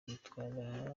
batwara